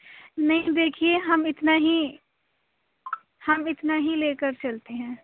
نہیں دیکھیے ہم اتنا ہی ہم اتنا ہی لے کر چلتے ہیں